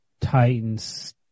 Titans